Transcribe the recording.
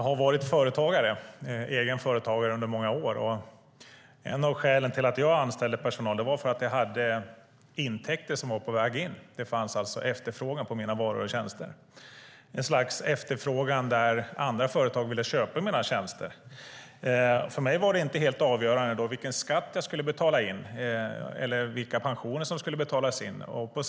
Herr talman! Jag har varit egenföretagare i många år. Ett av skälen till att jag anställde personal var att jag hade intäkter som var på väg in. Det fanns alltså efterfrågan på mina varor och tjänster, det slags efterfrågan där andra företag ville köpa mina tjänster. För mig var det då inte avgörande vilken skatt eller vilka pensioner som skulle betalas in.